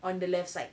on the left side